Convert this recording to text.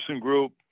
group